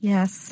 Yes